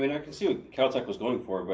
i can see what kel-tec was going for. but